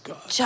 God